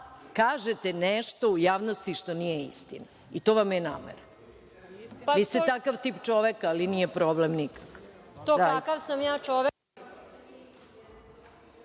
kažete nešto u javnosti što nije istina i to vam je namera. Vi ste takav tip čoveka, ali nije problem nikakav. **Aleksandra Jerkov**